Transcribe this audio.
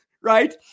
Right